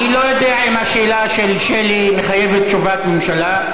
אני לא יודע אם השאלה של שלי מחייבת תשובת ממשלה.